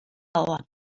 ahoan